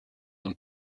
und